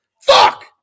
Fuck